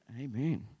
amen